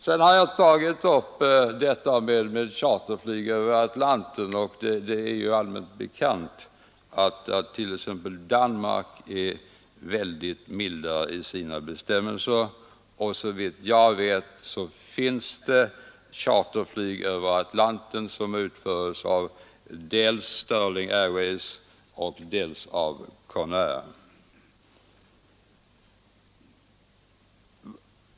Sedan har jag tagit upp frågan om charterflyg över Atlanten, och det är allmänt bekant att t.ex. Danmark har mycket milda bestämmelser. Såvitt jag vet utförs charterflygningar över Atlanten dels av Sterling Airways, dels av Conair.